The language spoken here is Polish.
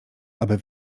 aby